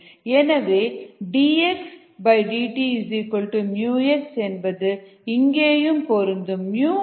எனவே dxdt x என்பது இங்கேயும் பொருந்தும்